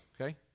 okay